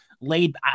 laid